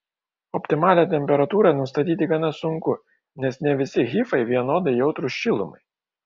optimalią temperatūrą nustatyti gana sunku nes ne visi hifai vienodai jautrūs šilumai